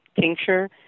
tincture